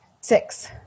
Six